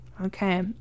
Okay